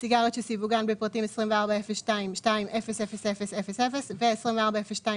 סיגריות שסיווגן בפרטים 24.03.200000 ו-24.02.902000,